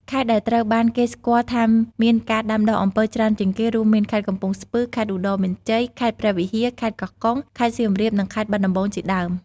ខេត្តដែលត្រូវបានគេស្គាល់ថាមានការដាំដុះអំពៅច្រើនជាងគេ រួមមាន ខេត្តកំពង់ស្ពឺ ខេត្តឧត្តរមានជ័យ ខេត្តព្រះវិហារ ខេត្តកោះកុង ខេត្តសៀមរាប និងខេត្តបាត់ដំបងជាដើម។